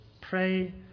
Pray